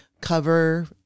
cover